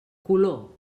color